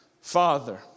father